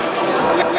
עם,